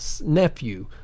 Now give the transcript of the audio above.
nephew